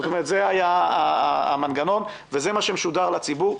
זה היה המנגנון וזה מה שמשודר לציבור,